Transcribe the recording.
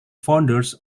founders